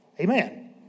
Amen